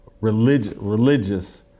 religious